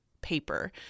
paper